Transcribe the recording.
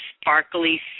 sparkly